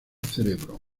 cerebro